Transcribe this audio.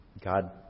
God